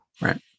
Right